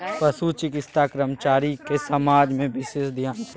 पशु चिकित्सा कर्मचारी के समाज में बिशेष स्थान छै